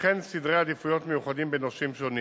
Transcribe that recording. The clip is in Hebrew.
וכן סדרי עדיפויות מיוחדים בין נושים שונים,